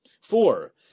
Four